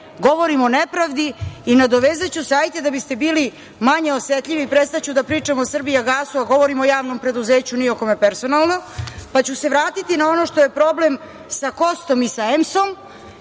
govorim o nepravdi. Nadovezaću se, da biste bili manje osetljivi, prestaću da pričam o „Srbijagasu“, govorim o javnom preduzeću, ni o kome personalno, pa ću se vratiti na ono što je problem sa KOST-om i sa EMS-om,